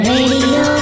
Radio